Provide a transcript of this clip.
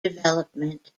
development